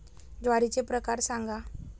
ज्वारीचे प्रकार सांगा